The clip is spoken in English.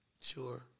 Sure